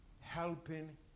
helping